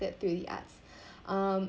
through the arts um